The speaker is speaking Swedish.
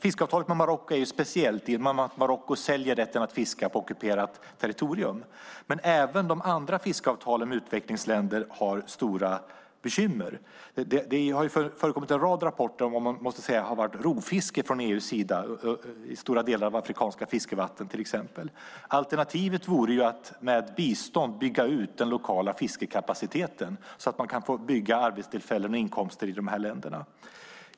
Fiskeavtalet med Marocko är speciellt i och med att Marocko säljer rätten att fiska på ockuperat territorium. Även de andra fiskeavtalen med utvecklingsländer har stora bekymmer. Det har förekommit en rad rapporter om att det har varit rovfiske från EU:s sida i stora delar av afrikanska fiskevatten. Alternativet vore att med bistånd bygga ut den lokala fiskekapaciteten så att man kan skapa arbetstillfällen och inkomster i de här länderna.